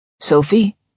Sophie